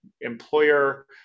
employer